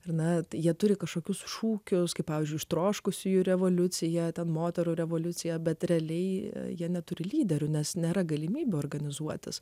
na jie turi kažkokius šūkius kaip pavyzdžiui ištroškusiųjų revoliuciją ten moterų revoliucija bet realiai jie neturi lyderių nes nėra galimybių organizuotis